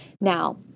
Now